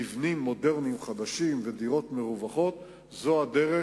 מבנים מודרניים חדשים ודירות מרווחות, זו הדרך.